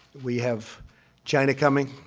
we have china coming.